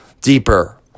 deeper